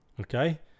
Okay